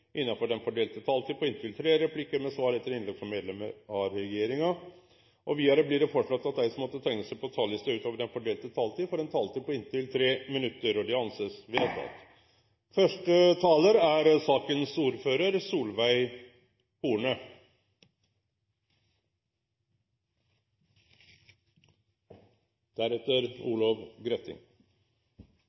innenfor den fordelte taletid. Videre blir det foreslått at de som måtte tegne seg på talerlisten utover den fordelte taletid, får en taletid på inntil 3 minutter. – Det anses vedtatt.